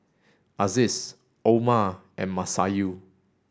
Aziz Omar and Masayu